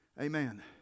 Amen